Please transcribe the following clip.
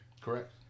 Correct